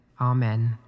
amen